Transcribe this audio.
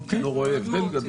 אני לא רואה בזה הבדל גדול.